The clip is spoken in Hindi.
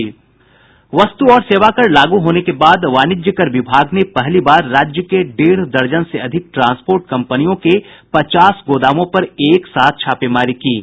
वस्तु और सेवाकर लागू होने के बाद वाणिज्यकर विभाग ने पहली बार राज्य के डेढ़ दर्जन से अधिक ट्रांसपोर्ट कंपनियों के पचास गोदामों पर एक साथ छापेमारी की है